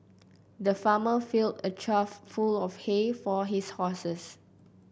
the farmer fill a trough full of hay for his horses